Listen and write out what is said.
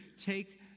take